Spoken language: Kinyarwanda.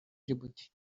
djibouti